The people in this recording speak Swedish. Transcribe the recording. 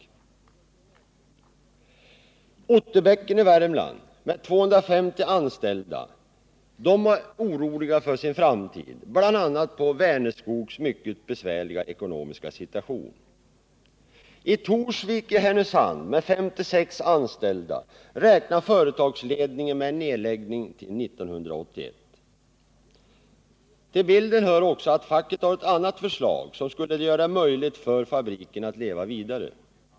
I Otterbäcken i Värmland med 250 anställda är man orolig för sin framtid, bl.a. genom Vänerskogs besvärliga situation. I Torsvik i Härnösand med 56 anställda räknar företagsledningen med en nedläggning till 1981. Till bilden hör dock att facket har ett annat förslag, som skulle göra det möjligt för fabriken att leva vidare.